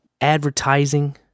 advertising